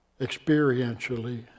experientially